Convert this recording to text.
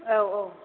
औ औ